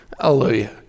Hallelujah